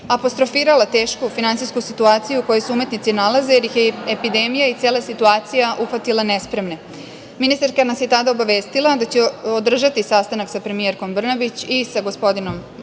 apostrofirala tešku finansijsku situaciju u kojoj se umetnici nalaze, jer ih je epidemija i cela situacija uhvatila nespremne. Ministarska nas je tada obavestila da će održati sastanak sa premijerkom Brnabić i sa gospodinom